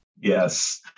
Yes